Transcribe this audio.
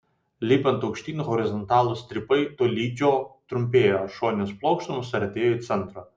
lipant aukštyn horizontalūs strypai tolydžio trumpėjo šoninės plokštumos artėjo į centrą